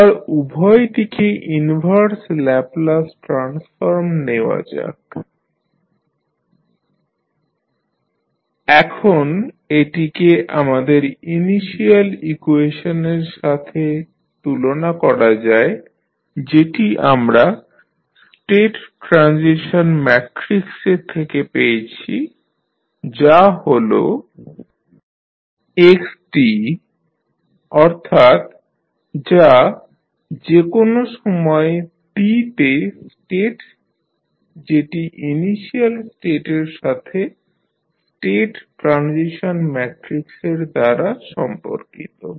এবার উভয় দিকে ইনভার্স ল্যাপলাস ট্রান্সফর্ম নেওয়া যাক xtL 1sI A 1x0t≥0 এখন এটিকে আমাদের ইনিশিয়াল ইকুয়েশনের সাথে তুলনা করা যায় যেটি আমরা স্টেট ট্রানজিশন ম্যাট্রিক্স থেকে পেয়েছি যা হল xt অর্থাৎ যা যে কোন সময় t তে স্টেট যেটি ইনিশিয়াল স্টেটের সাথে স্টেট ট্রানজিশন ম্যাট্রিক্সের দ্বারা সম্পর্কিত